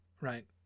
right